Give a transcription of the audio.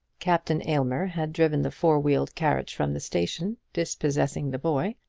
captain aylmer had driven the four-wheeled carriage from the station, dispossessing the boy,